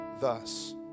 thus